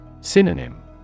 Synonym